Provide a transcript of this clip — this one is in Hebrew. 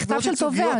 מכתב של תובע.